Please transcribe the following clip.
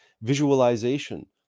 visualization